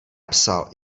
psal